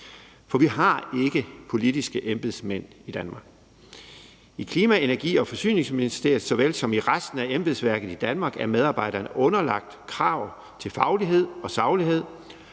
For vi har ikke politiske embedsmænd i Danmark. I Klima-, Energi- og Forsyningsministeriet såvel som i resten af embedsværket i Danmark er medarbejderne underlagt krav til faglighed og saglighed,